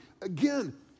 Again